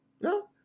No